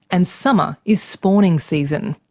and summer is spawning season.